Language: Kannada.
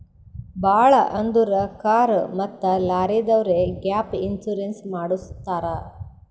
ಭಾಳ್ ಅಂದುರ್ ಕಾರ್ ಮತ್ತ ಲಾರಿದವ್ರೆ ಗ್ಯಾಪ್ ಇನ್ಸೂರೆನ್ಸ್ ಮಾಡುಸತ್ತಾರ್